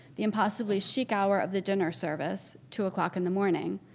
the impossibly chic hour of the dinner service, two o'clock in the morning,